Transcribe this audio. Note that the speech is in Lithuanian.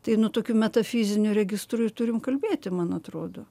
tai nu tuokiu metafiziniu registru ir turim kalbėti man atrodo